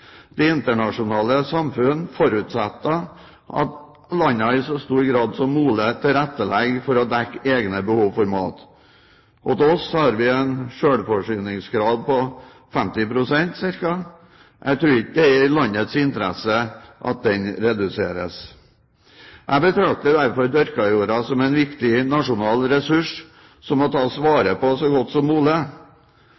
Det internasjonale samfunn forutsetter at landene i så stor grad som mulig tilrettelegger for å dekke egne behov for mat. Hos oss har vi en selvforsyningsgrad på ca. 50 pst. Jeg tror ikke det er i landets interesse at den reduseres. Jeg betrakter derfor dyrkajorda som en viktig nasjonal ressurs som må tas